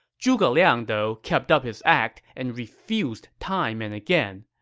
zhuge liang, though, kept up his act and refused time and again,